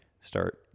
start